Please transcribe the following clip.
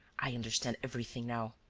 i understand everything now.